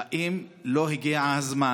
האם לא הגיע הזמן,